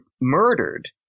murdered